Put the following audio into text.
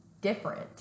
different